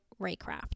Raycraft